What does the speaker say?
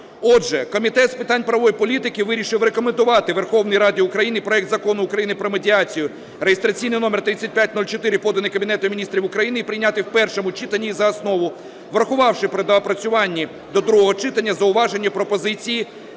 Отже, Комітет з питань правової політики вирішив рекомендувати Верховній Раді України проект Закону України про медіацію (реєстраційний номер 3504), поданий Кабінетом Міністрів України, прийняти в першому читанні і за основу, врахувавши при доопрацюванні до другого читання зауважень і пропозицій